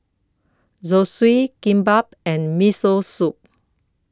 Zosui Kimbap and Miso Soup